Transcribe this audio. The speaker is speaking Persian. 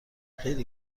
خیلی